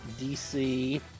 DC